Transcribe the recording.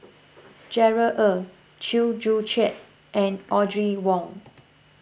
Gerard Ee Chew Joo Chiat and Audrey Wong